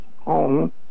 home